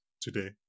today